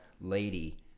lady